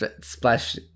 splash